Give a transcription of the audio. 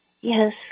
Yes